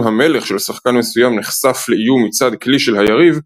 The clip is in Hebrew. אם המלך של שחקן מסוים נחשף לאיום מצד כלי של היריב,